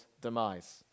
demise